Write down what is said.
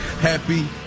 Happy